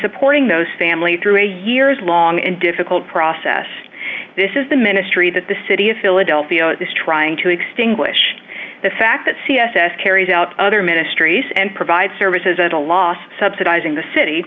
supporting those family through a years long and difficult process this is the ministry that the city of philadelphia is trying to extinguish the fact that c s s carries out other ministries and provide services at a loss subsidizing the city